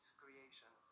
creation